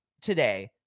today